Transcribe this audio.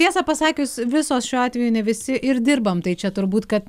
tiesą pasakius visos šiuo atveju ne visi ir dirbam tai čia turbūt kad